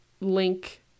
link